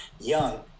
Young